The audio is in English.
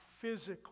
physically